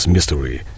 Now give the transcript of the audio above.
Mystery